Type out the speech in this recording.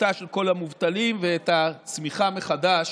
הקליטה של כל המובטלים ואת הצמיחה מחדש